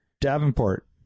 Davenport